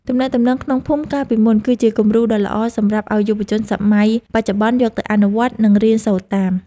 ទំនាក់ទំនងក្នុងភូមិកាលពីមុន គឺជាគំរូដ៏ល្អសម្រាប់ឱ្យយុវជនសម័យបច្ចុប្បន្នយកទៅអនុវត្ត និងរៀនសូត្រតាម។